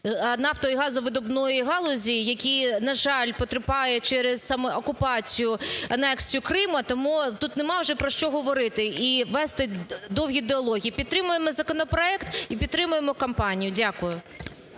нафто- і газовидобувної галузі, який, на жаль, потерпає через окупацію, анексію Криму. Тому тут нема вже про що говорити і вести довгі діалоги. Підтримаємо законопроект і підтримаємо компанію. Дякую.